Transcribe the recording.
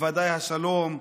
בוודאי השלום,